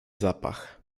zapach